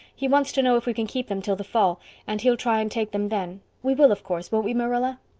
he wants to know if we can keep them till the fall and he'll try and take them then. we will, of course, won't we marilla?